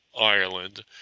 ireland